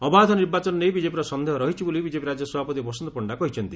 ଅବାଧ ନିର୍ବାଚନ ନେଇ ବିଜେପିର ସନ୍ଦେହ ରହିଛି ବୋଲି ବିଜେପି ରାଜ୍ୟ ସଭାପତି ବସନ୍ତ ପଣ୍ତା କହିଛନ୍ତି